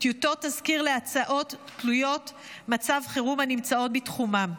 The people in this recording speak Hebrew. תזכיר להצעות תלויות מצב חירום הנמצאות בתחומם,